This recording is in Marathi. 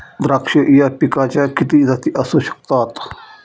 द्राक्ष या पिकाच्या किती जाती असू शकतात?